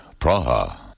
Praha